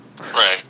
Right